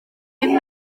bum